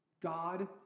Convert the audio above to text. God